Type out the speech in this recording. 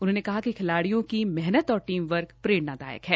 उन्होंने कहा कि खिलाडिय़ों को मेहनत और टीमवर्क प्ररेणादायक है